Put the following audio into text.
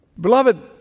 Beloved